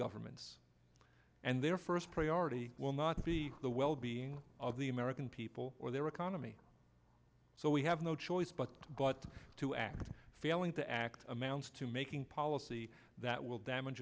governments and their first priority will not be the wellbeing of the american people or their economy so we have no choice but to act failing to act amounts to making policy that will damage